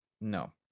No